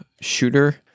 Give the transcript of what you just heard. shooter